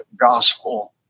gospel